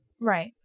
right